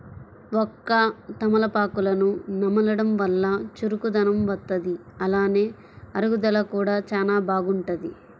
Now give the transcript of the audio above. వక్క, తమలపాకులను నమలడం వల్ల చురుకుదనం వత్తది, అలానే అరుగుదల కూడా చానా బాగుంటది